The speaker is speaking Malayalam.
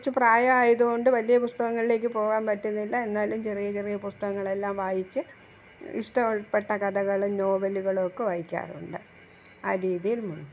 കുറച്ച് പ്രായമായതുകൊണ്ട് വലിയ പുസ്തകങ്ങളിലേക്ക് പോകാൻ പറ്റുന്നില്ല എന്നാലും ചെറിയ ചെറിയ പുസ്തകങ്ങളെല്ലാം വായിച്ച് ഇഷ്ടപ്പെട്ട കഥകളും നോവലുകളുമൊക്കെ വായിക്കാറുണ്ട് ആ രീതിയിൽ പോണു